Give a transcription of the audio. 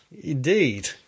Indeed